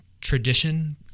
tradition